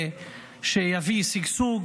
שיביא שגשוג,